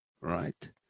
right